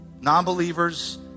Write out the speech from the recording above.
non-believers